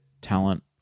talent